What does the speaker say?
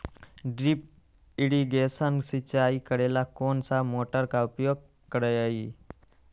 Drip irrigation सिंचाई करेला कौन सा मोटर के उपयोग करियई?